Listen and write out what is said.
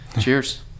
Cheers